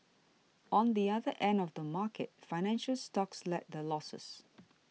on the other end of the market financial stocks led the losses